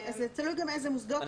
תציינו גם איזה מוסדות.